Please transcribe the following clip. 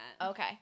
Okay